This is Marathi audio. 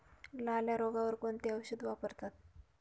लाल्या रोगावर कोणते औषध वापरतात?